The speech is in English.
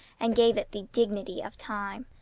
and gave it the dignity of time.